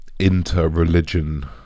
inter-religion